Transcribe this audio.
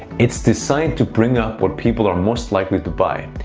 it's designed to bring up what people are most likely to buy.